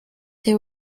they